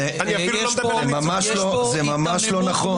זה ממש לא נכון.